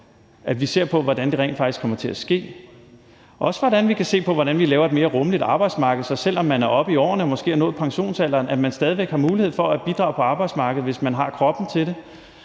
job, ser på, hvordan det rent faktisk kommer til at ske, og også ser på, hvordan vi laver et mere rummeligt arbejdsmarked, sådan at man, selv om man er oppe i årene og måske har nået pensionsalderen, stadig væk har mulighed for at bidrage på arbejdsmarkedet, hvis man har kroppen til det,